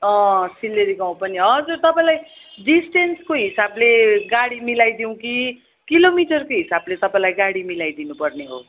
सिल्लेरी गाउँ पनि हजुर तपाईँलाई डिस्टेन्सको हिसाबले गाडी मिलाइदिऊँ कि किलोमिटरको हिसाबले तपाईँलाई गाडी मिलाइदिनु पर्ने हो